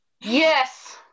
Yes